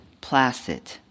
placid